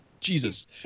Jesus